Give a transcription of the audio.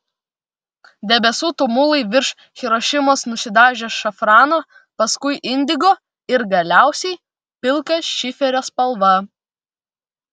debesų tumulai virš hirošimos nusidažė šafrano paskui indigo ir galiausiai pilka šiferio spalva